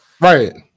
right